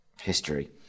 history